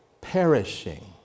perishing